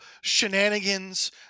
shenanigans